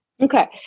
Okay